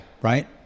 right